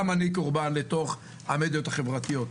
גם אני קורבן של המדיות החברתיות,